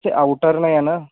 ते आउटर नाही आहे नं